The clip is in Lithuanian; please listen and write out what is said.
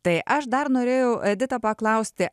tai aš dar norėjau edita paklausti